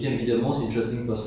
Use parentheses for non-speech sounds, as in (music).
(laughs)